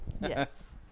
Yes